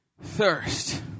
thirst